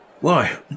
Why